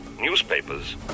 newspapers